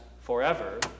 forever